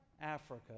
Africa